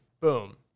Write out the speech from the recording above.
boom